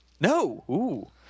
No